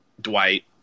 Dwight